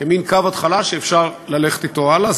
כמין קו התחלה שאפשר ללכת אתו הלאה.